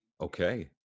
Okay